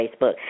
Facebook